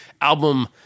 album